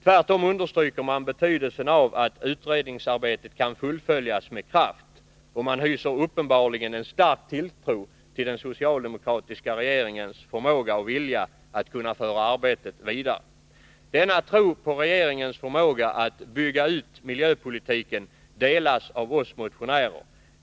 Tvärtom understryker man betydelsen av att utredningsarbetet kan fullföljas med kraft, och man hyser uppenbarligen en stark tilltro till den socialdemokratiska regeringens förmåga och vilja att föra arbetet vidare. Denna tro på regeringens förmåga att bygga ut miljöpolitiken delas av oss motionärer.